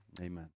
amen